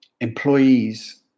employees